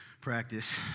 practice